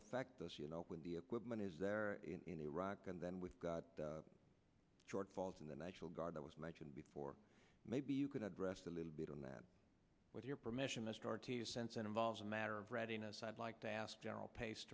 affect us you know when the equipment is there in iraq and then with got shortfalls in the national guard that was mentioned before maybe you can address a little bit on that with your permission sense and involves a matter of readiness i'd like to ask general pa